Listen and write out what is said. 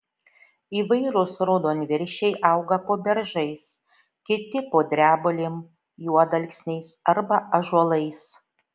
įvairūs raudonviršiai auga po beržais kiti po drebulėm juodalksniais arba ąžuolais